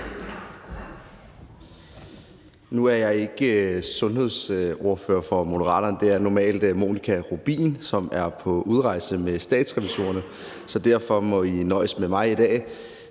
Nu er jeg ikke sundhedsordfører for Moderaterne. Det er normalt Monika Rubin, som er ude at rejse med Statsrevisorerne, så derfor må I nøjes med mig i dag.